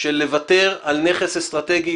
של לוותר על נכס אסטרטגי,